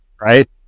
right